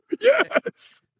Yes